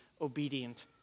obedient